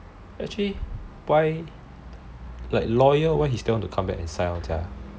actually why lawyer want to come back and sign on sia